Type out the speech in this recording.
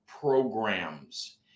programs